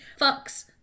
fucks